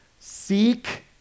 seek